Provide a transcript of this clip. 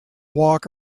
walk